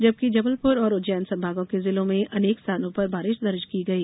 जबकि जबलपुर और उज्जैन संभागों के जिलों में अनेक स्थानों पर बारिश दर्ज की गई